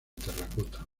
terracota